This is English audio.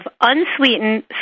unsweetened